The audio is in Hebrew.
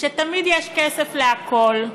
שתמיד יש כסף לכול,